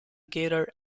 gator